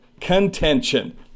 contention